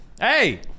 Hey